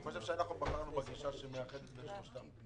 אני חושב שאנחנו בחרנו בגישה שמאחדת את שלושתם.